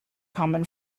common